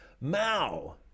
Mao